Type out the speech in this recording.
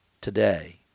today